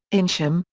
eynsham,